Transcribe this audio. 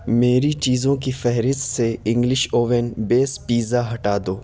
میری چیزوں کی فہرست سے انگلش اوون بیس پیزا ہٹا دو